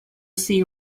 see